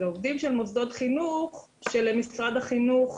זה עובדים של מוסדות החינוך שמשרד החינוך